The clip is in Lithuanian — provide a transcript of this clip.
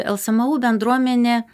lsmu bendruomenė